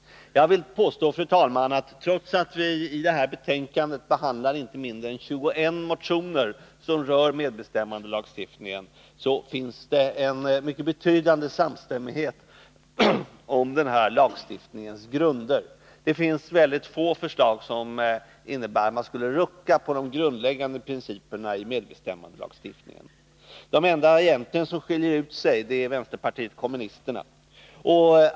Jag vill påstå, fru talman, att trots att vi i detta betänkande behandlar inte mindre än 21 motioner som rör medbestämmandelagstiftningen, så finns det en mycket betydande samstämmighet om den här lagstiftningens grunder. Mycket få förslag innebär att man skulle rucka på de grundläggande principerna i medbestämmandelagstiftningen. De enda som egentligen skiljer ut sig är vänsterpartiet kommunisterna.